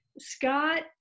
Scott